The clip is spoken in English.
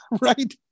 Right